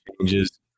changes